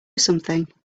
something